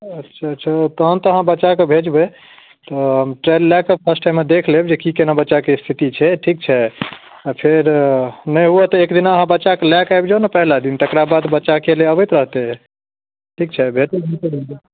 अच्छा अच्छा तहन तऽ अहाँ बच्चा कऽ भेजबै हम ट्राइल लए कऽ फर्स्ट टाइममे देख लेब जे की की केना बच्चा के स्थिति छै ठीक छै आ फेर नहि हुए तऽ एक दिन अहाँ बच्चा के लए के आबि जाउ ने पहिला दिन तकरा बाद बच्चा अकेले अबैत रहतै ठीक छै भेट हेतै तऽ आयब जायब